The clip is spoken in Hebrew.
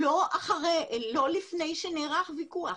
לא לפני שנערך ויכוח.